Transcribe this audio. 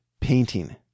painting